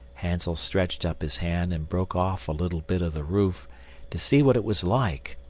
hansel stretched up his hand and broke off a little bit of the roof to see what it was like,